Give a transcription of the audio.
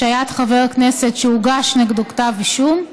השעיית חבר כנסת שהוגש נגדו כתב אישום),